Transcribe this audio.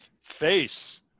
Face